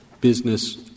business